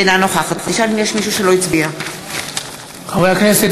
אינה נוכחת חברי הכנסת,